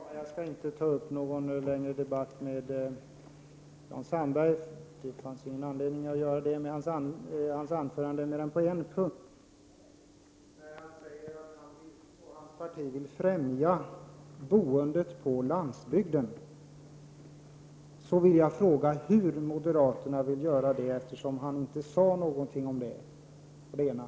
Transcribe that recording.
Herr talman! Jag skall inte ta upp någon längre debatt med Jan Sandberg. Det finns ingen anledning att göra det utom på en punkt. Jan Sandberg sade att han och hans parti vill främja boendet på landsbygden. Hur vill moderaterna göra det? Han sade nämligen inte något om det.